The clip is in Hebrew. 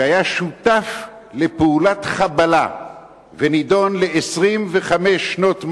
שהיה שותף לפעולת חבלה ונידון ל-25 שנות מאסר,